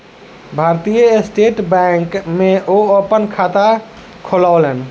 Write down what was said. भारतीय state bank में ओ अपन खाता खोलौलेन